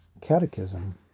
Catechism